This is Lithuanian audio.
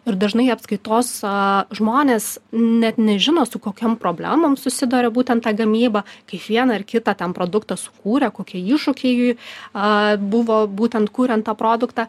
ir dažnai apskaitos a žmonės net nežino su kokiom problemom susiduria būtent ta gamyba kaip vieną ar kitą ten produktą sukūrė kokie iššūkiai a buvo būtent kuriant tą produktą